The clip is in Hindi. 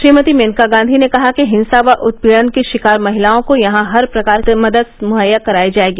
श्रीमती मेनका गांधी ने कहा कि हिंसा व उत्पीड़न की शिकार महिलाओं को यहां हर प्रकार की मदद मुहैया करायी जायेगी